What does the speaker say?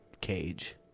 Cage